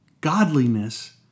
Godliness